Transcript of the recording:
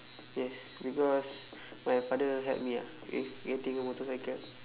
yes because my father help me ah with getting a motorcycle